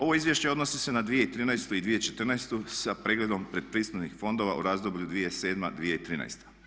Ovo izvješće odnosi se na 2013. i 2014. sa pregledom pretpristupnih fondova u razdoblju 2007.-2013.